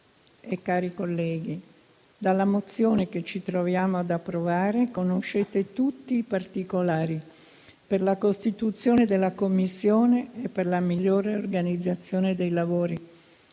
e cari colleghi, dalla mozione che ci troviamo ad approvare conoscete tutti i particolari per la costituzione della Commissione e per la migliore organizzazione dei lavori.